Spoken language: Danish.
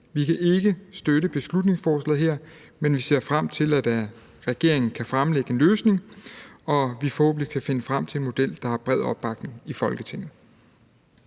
Vi kan ikke støtte beslutningsforslaget, men vi ser frem til, at regeringen kan fremlægge en løsning, og at vi forhåbentlig kan finde frem til en model, der har bred opbakning i Folketinget.